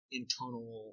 internal